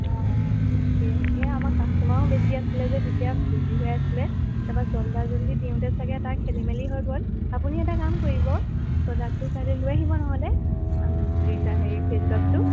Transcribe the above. অঁ অঁ তাকে এইয়া আমাৰ কাষ্টমাও বেছি আছিলে যে তেতিয়া বিজি হৈ আছিলে তাৰ পৰা জল্দা জল্দি দিওঁতে চাগে তাৰ খেলি মেলি হৈ গ'ল আপুনি এটা কাম কৰিব প্ৰডাক্টটো কাইলৈ লৈ আহিব নহ'লে হেৰি ফেচ ৱাশ্বটো